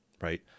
right